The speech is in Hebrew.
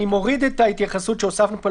אז אני מוריד את ההתייחסות שהוספנו פה: